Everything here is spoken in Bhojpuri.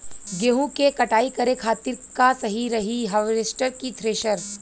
गेहूँ के कटाई करे खातिर का सही रही हार्वेस्टर की थ्रेशर?